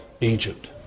Egypt